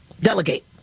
delegate